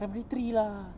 primary three lah